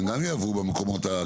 הם גם יעברו במקומות הקטנים הללו.